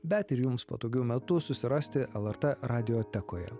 bet ir jums patogiu metu susirasti lrt radiotekoje